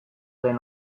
den